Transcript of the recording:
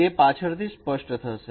તે પાછળથી સ્પષ્ટ થશે